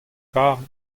karet